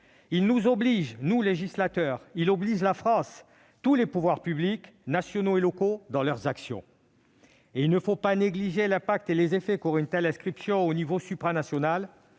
il nous oblige, nous, législateurs, ainsi que la France et tous ses pouvoirs publics, nationaux et locaux, dans leur action. Il ne faut pas négliger l'impact et les effets qu'aurait une telle inscription au niveau supranational